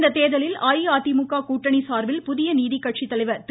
இத்தேர்தலில் அஇஅதிமுக கூட்டணி சார்பில் புதிய நீதிக்கட்சி தலைவர் திரு